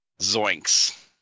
Zoinks